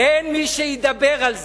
אין מי שידבר על זה.